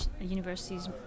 universities